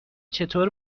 چطور